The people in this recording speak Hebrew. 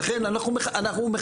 ולכן אנחנו מחכים,